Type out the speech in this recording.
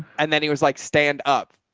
and then he was like, stand up.